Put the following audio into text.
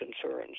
concerns